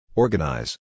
Organize